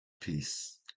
peace